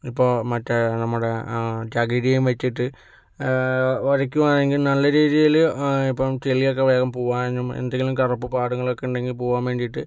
ഇപ്പോൾ മറ്റേ നമ്മുടെ ചകിരിയും വച്ചിട്ട് ഉരയ്ക്കുമ്പോൾ എനിക്ക് നല്ല രീതിയില് ഇപ്പോൾ ചളിയൊക്കെ വേഗം പോകാനും എന്തെങ്കിലും കറുപ്പ് പാടുകളൊക്കെ ഉണ്ടെങ്കിൽ പോകാൻ വേണ്ടിയിട്ട്